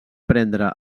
prendre